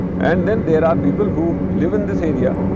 and then there are people who live in this area,